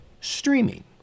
streaming